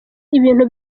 ibintu